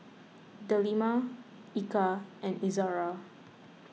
Delima Eka and Izara